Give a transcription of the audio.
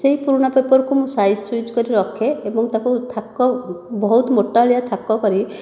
ସେହି ପୁରୁଣା ପେପରକୁ ମୁଁ ସାଇଜ୍ ସୁଇଜ୍ କରି ରଖେ ଏବଂ ତାକୁ ଥାକ ବହୁତ ମୋଟାଳିଆ ଥାକ କରି